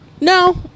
No